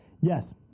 Yes